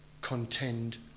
contend